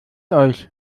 euch